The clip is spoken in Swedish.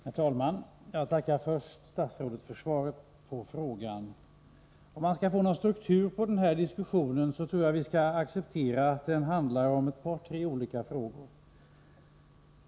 Herr talman! Jag tackar först statsrådet för svaret på frågan. Om vi skall få någon struktur på den här diskussionen tror jag vi skall acceptera att den handlar om tre olika frågor.